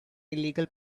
illegal